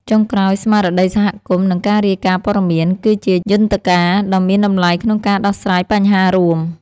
ចុងក្រោយ ស្មារតីសហគមន៍ និងការរាយការណ៍ព័ត៌មាន គឺជាយន្តការដ៏មានតម្លៃក្នុងការដោះស្រាយបញ្ហារួម។